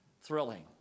Thrilling